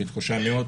זו תחושה מאוד